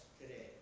today